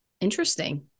Interesting